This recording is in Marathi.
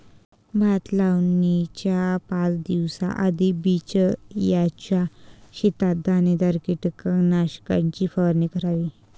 भात लावणीच्या पाच दिवस आधी बिचऱ्याच्या शेतात दाणेदार कीटकनाशकाची फवारणी करावी